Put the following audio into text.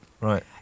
right